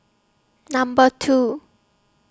Number two